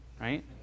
right